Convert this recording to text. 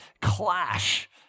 clash